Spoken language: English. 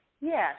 Yes